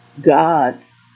God's